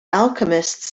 alchemists